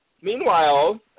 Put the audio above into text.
meanwhile